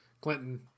Clinton